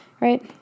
right